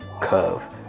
curve